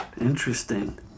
Interesting